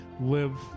live